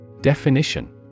Definition